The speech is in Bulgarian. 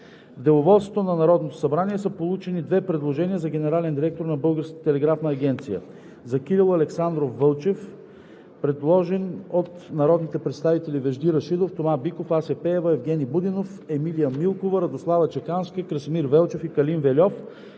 Деловодството на Народното събрание са получени две предложения за генерален директор на Българската телеграфна агенция: за Кирил Александров Вълчев – предложен от народните представители Вежди Рашидов, Тома Биков, Ася Пеева, Евгени Будинов, Емилия Милкова, Радослава Чеканска, Красимир Велчев и Калин Вельов;